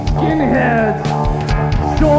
skinheads